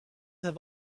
have